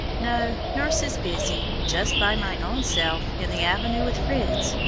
no, nurse is busy just by my own self, in the avenue with fritz.